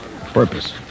Purpose